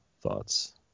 thoughts